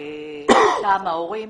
עם ההורים,